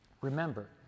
Remember